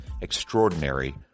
Extraordinary